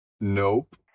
Nope